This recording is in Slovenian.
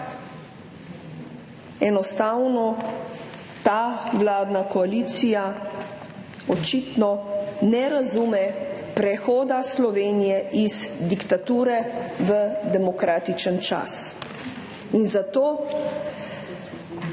enostavno ta vladna koalicija očitno ne razume prehoda Slovenije iz diktature v demokratičen čas.